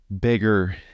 bigger